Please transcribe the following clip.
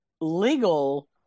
legal